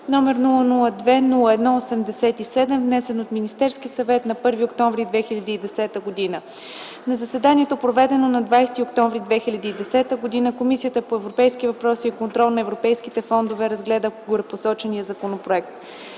№ 002-01-87, внесен от Министерския съвет на 1 октомври 2010 г. На заседанието, проведено на 20 октомври 2010 г., Комисията по европейските въпроси и контрол на европейските фондове разгледа проект на Закон